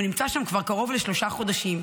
הוא נמצא שם כבר קרוב לשלושה חודשים,